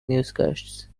newscasts